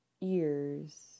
ears